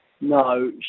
No